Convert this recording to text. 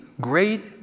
great